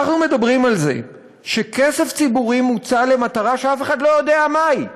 אנחנו מדברים על זה שכסף ציבורי מוצא למטרה שאף אחד לא יודע מהי.